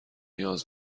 نیاز